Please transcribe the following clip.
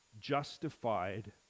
justified